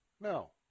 No